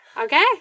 Okay